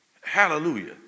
Hallelujah